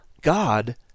God